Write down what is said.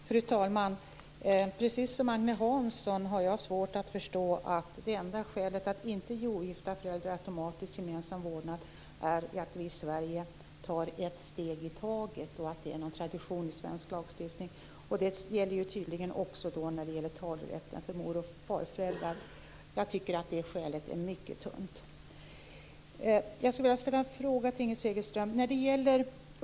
Fru talman! Precis som Agne Hansson har jag svårt att förstå att det enda skälet till att inte automatiskt ge ogifta föräldrar gemensam vårdnad är att vi i Sverige tar ett steg i taget och att det är tradition i svensk lagstiftning. Det gäller tydligen också talerätten för mor och farföräldrar. Jag tycker att det skälet är mycket tunt. Jag skulle vilja ställa en fråga till Inger Segelström.